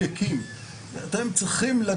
התיקון הזה לחוק-יסוד: השפיטה,